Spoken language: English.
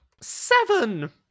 seven